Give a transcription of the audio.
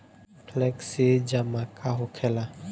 Flexi जमा का होखेला?